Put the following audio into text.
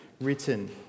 written